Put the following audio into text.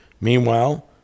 Meanwhile